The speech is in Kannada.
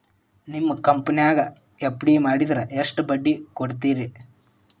ನಿಮ್ಮ ಕಂಪನ್ಯಾಗ ಎಫ್.ಡಿ ಮಾಡಿದ್ರ ಎಷ್ಟು ಬಡ್ಡಿ ಕೊಡ್ತೇರಿ?